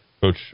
Coach